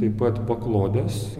taip pat paklodes